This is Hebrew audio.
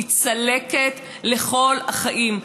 היא צלקת לכל החיים,